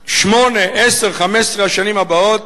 בשמונה, עשר, 15 השנים הבאות